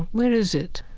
where is it?